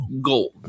gold